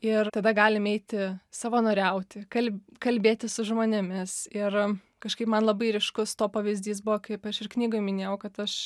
ir tada galim eiti savanoriauti kal kalbėti su žmonėmis ir kažkaip man labai ryškus to pavyzdys buvo kaip aš ir knygoj minėjau kad aš